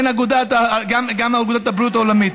גם אגודת הבריאות העולמית.